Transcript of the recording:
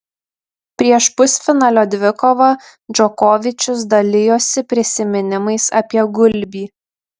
prieš pusfinalio dvikovą džokovičius dalijosi prisiminimais apie gulbį